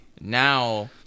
Now